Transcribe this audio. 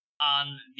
on